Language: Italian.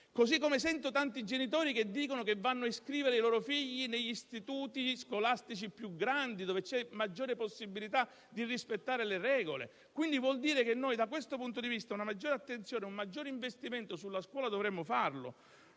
Così come sento tanti genitori che dicono che vanno a iscrivere i loro figli negli istituti scolastici più grandi, dove c'è maggiore possibilità di rispettare le regole. Ciò vuol dire che noi, da questo punto di vista, dovremmo avere una maggiore attenzione e fare un maggiore investimento sulla scuola. Presidente,